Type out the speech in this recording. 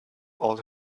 all